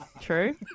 True